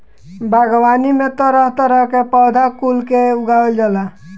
बागवानी में तरह तरह के पौधा कुल के उगावल जाला